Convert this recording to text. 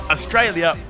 Australia